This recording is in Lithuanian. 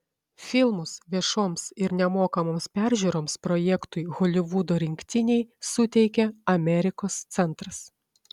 filmus viešoms ir nemokamoms peržiūroms projektui holivudo rinktiniai suteikė amerikos centras